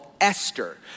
Esther